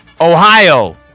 Ohio